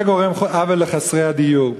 זה גורם עוול לחסרי הדיור.